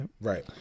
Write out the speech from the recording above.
right